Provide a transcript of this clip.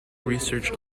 research